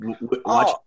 watch